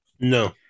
No